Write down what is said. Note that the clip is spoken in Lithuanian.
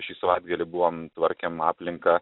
šį savaitgalį buvom tvarkėm aplinką